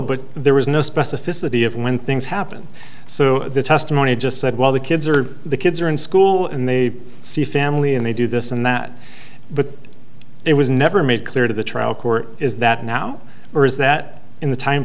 but there was no specificity of when things happened so the testimony just said while the kids are the kids are in school and they see family and they do this and that but it was never made clear to the trial court is that now or is that in the time